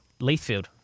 Leithfield